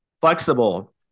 flexible